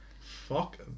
fuck